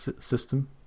system